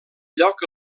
lloc